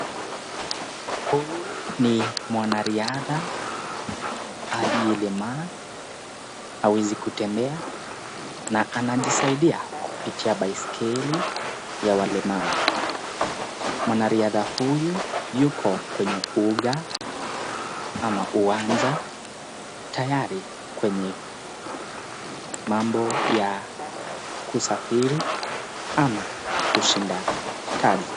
Huyu ni mwanariadha aliyelemaa, hawezi kutembea na anajisaidia kupitia baiskeli ya walemavu. Mwanariadha huyu yuko kwenye uga ama uwanja tayari kwenye mambo ya kusafiri ama kushinda taji.